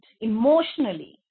emotionally